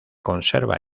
conserva